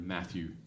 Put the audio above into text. Matthew